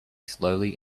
slowly